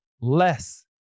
less